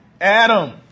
Adam